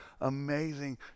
amazing